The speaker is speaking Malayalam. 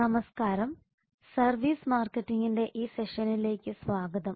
നമസ്കാരം സർവീസ് മാർകെറ്റിംഗിന്റെ ഈ സെഷനിലേക്ക് സ്വാഗതം